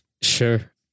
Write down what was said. Sure